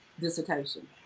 dissertation